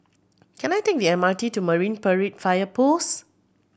can I take the M R T to Marine Parade Fire Post